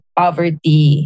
poverty